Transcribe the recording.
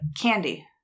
candy